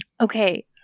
okay